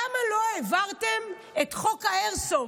למה לא העברתם את חוק האיירסופט?